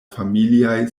familiaj